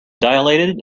dilated